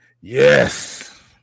yes